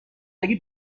اگه